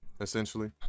essentially